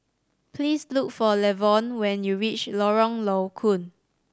please look for Lavon when you reach Lorong Low Koon